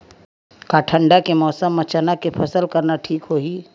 का ठंडा के मौसम म चना के फसल करना ठीक होही?